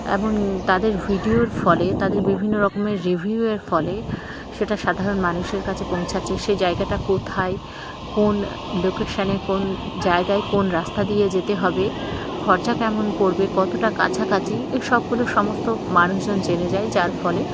এবং তাদের ভিডিওর ফলে তাদের বিভিন্ন রকমের রিভিউয়ের ফলে সেটা সাধারণ মানুষের কাছে পৌঁছাচ্ছে সেই জায়গাটা কোথায় কোন লোকেশানে কোন জায়গায় কোন রাস্তা দিয়ে যেতে হবে খরচা কেমন পড়বে কতটা কাছাকাছি এইসবগুলো সমস্ত মানুষজন জেনে যায় যার ফলে